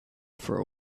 for